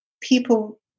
people